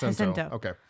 Okay